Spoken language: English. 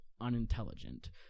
unintelligent